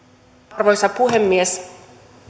arvoisa puhemies